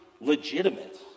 legitimate